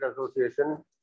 Association